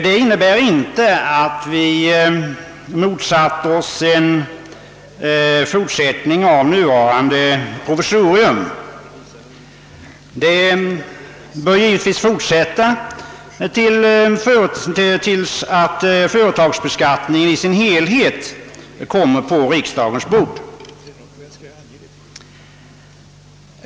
Det innebär inte att vi motsätter oss en förlängning av nuvarande provisorium — det bör givetvis fortsätta tills företagsbeskattningen i dess helhet kommer på riksdagens bord.